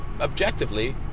objectively